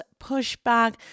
pushback